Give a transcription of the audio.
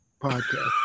podcast